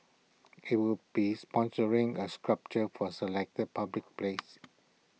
IT will be sponsoring A sculpture for A selected public place